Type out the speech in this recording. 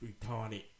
retarded